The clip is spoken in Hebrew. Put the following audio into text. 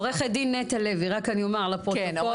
עו"ד נטע לוי, רק אני אומר לפרוטוקול.